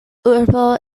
urbo